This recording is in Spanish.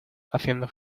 haciendo